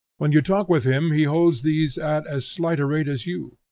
when you talk with him he holds these at as slight a rate as you.